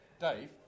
Dave